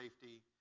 safety